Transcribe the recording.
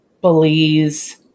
Belize